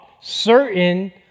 Certain